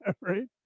Right